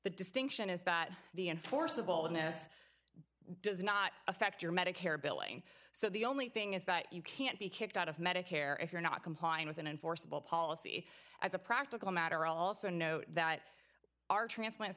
the distinction is that the enforceable innes does not affect your medicare billing so the only thing is that you can't be kicked out of medicare if you're not complying with an enforceable policy as a practical matter also note that our transplants